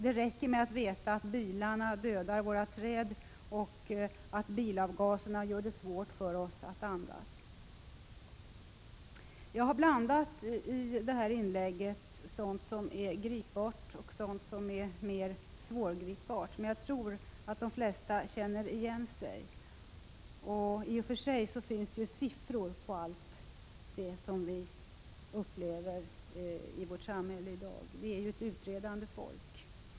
Det räcker med att veta att bilarna dödar våra träd och att bilavgaserna gör det svårt för oss att andas. Jag har i det här inlägget blandat sådant som är gripbart och sådant som är mer svårgripbart. Men jag tror att de flesta känner igen sig. I och för sig finns det siffror på allt det som vi upplever i vårt samhälle i dag — vi är ju ett utredande folk.